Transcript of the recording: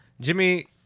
Jimmy